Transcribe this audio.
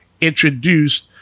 introduced